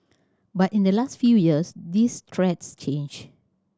but in the last few years these threats changed